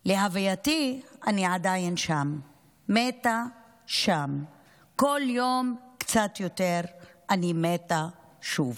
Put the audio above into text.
/ להוותי / אני עדיין שם / מתה / שם / כל יום קצת יותר / אני מתה שוב".